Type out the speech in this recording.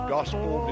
Gospel